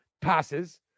passes